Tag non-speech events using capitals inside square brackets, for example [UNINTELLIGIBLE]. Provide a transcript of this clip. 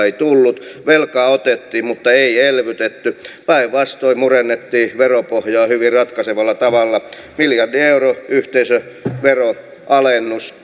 [UNINTELLIGIBLE] ei tullut velkaa otettiin mutta ei elvytetty päinvastoin murennettiin veropohjaa hyvin ratkaisevalla tavalla miljardin euron yhteisöveroalennus [UNINTELLIGIBLE]